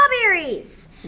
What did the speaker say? strawberries